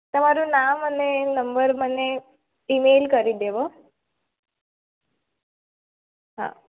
તમારું નામ અને નંબર મને ઈમેલ કરી દેવો હા